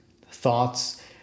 thoughts